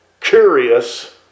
curious